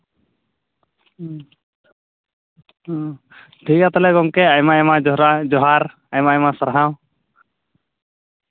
ᱦᱩᱸ ᱦᱩᱸ ᱴᱷᱤᱠᱜᱮᱭᱟ ᱛᱟᱞᱦᱮ ᱜᱚᱝᱠᱮ ᱟᱭᱢᱟ ᱟᱭᱢᱟ ᱡᱚᱨᱦᱟ ᱡᱚᱦᱟᱨ ᱟᱭᱢᱟ ᱟᱭᱢᱟ ᱥᱟᱨᱦᱟᱣ